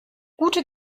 gute